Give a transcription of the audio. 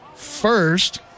First